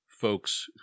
folks